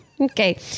Okay